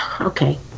okay